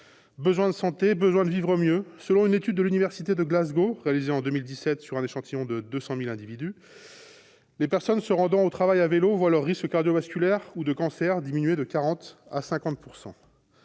Besoin de santé, besoin de vivre mieux : selon une étude de l'Université de Glasgow, réalisée en 2017 sur un échantillon de 200 000 individus, les personnes se rendant au travail à vélo voient leurs risques cardio-vasculaires ou de cancer diminuer de 40 % à 50 %.